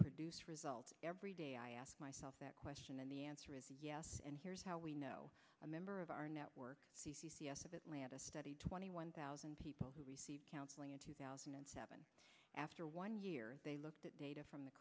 produce results every day i ask myself that question and the answer is yes and here's how we know a member of our network of atlanta studied twenty one thousand people who receive counseling in two thousand and seven after one year they looked at data from the